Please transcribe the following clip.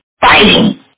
fighting